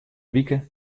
wike